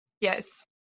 Yes